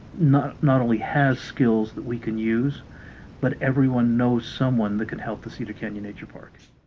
not not only has skills that we could use but everyone knows someone that could help the cedar canyon nature park